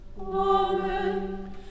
Amen